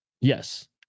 Yes